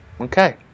okay